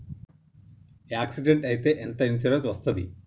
Accident అయితే ఎంత insurance వస్తది?